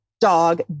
dog